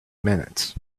minutes